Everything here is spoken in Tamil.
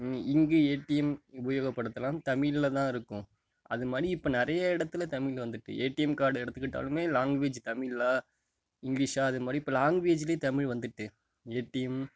இங்கு ஏடிஎம் உபயோகப்படுத்தலாம் தமிழில் தான் இருக்கும் அது மாதிரி இப்போ நிறையா இடத்துல தமிழ் வந்துட்டு ஏடிஎம் கார்டை எடுத்துக்கிட்டாலுமே லாங்குவேஜ் தமிழா இங்கிலீஷா அது மாதிரி இப்போ லாங்குவேஜிலேயும் தமிழ் வந்துட்டு ஏடிஎம்